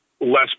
less